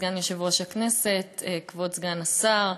סגן יושב-ראש הכנסת, כבוד סגן השר,